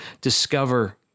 discover